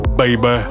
baby